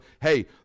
hey